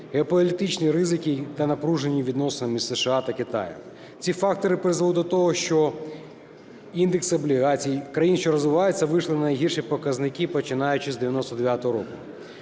геополітичні ризики та напружені відносини США та Китаю, ці фактори призвели до того, що індекс облігацій країн, що розвиваються, вийшли на найгірші показники, починаючи з 99-го року.